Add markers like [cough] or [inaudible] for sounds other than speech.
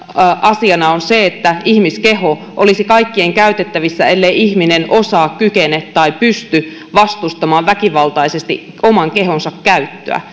asiana on se että ihmiskeho olisi kaikkien käytettävissä ellei ihminen osaa kykene tai pysty vastustamaan väkivaltaisesti oman kehonsa käyttöä [unintelligible]